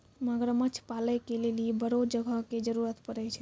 मगरमच्छ पालै के लेली बड़ो जगह के जरुरत पड़ै छै